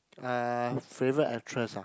uh favourite actress ah